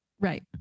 right